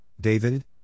David